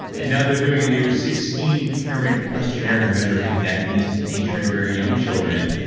and now they're doing a new sixteen parent questionnaire to measure connectedness to nature in very young children,